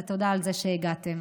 ותודה על זה שהגעתן.